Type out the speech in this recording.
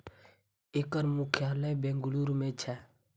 एकर मुख्यालय बेंगलुरू मे छै